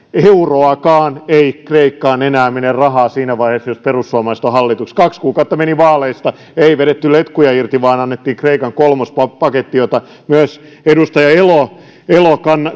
euroakaan ennen kristusta ikkaan enää mene rahaa siinä vaiheessa jos perussuomalaiset ovat hallituksessa kaksi kuukautta meni vaaleista ei vedetty letkuja irti vaan annettiin kreikan kolmospaketti jota myös edustaja elo elo